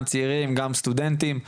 גם צעירים, גם סטודנטים.